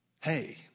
Hey